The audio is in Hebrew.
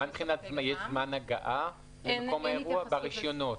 מה מבחינת תנאי זמן הגעה למקום האירוע ברישיונות?